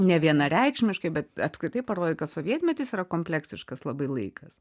nevienareikšmiškai bet apskritai parodyt kad sovietmetis yra kompleksiškas labai laikas